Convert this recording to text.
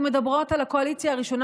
אנחנו מדברות על הקואליציה הראשונה